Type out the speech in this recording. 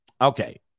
Okay